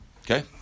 Okay